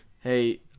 Hey